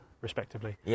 respectively